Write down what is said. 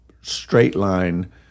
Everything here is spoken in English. straight-line